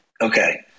okay